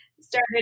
started